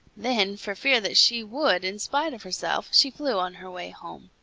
then, for fear that she would in spite of herself, she flew on her way home.